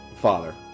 father